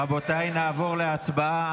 רבותיי, נעבור להצבעה.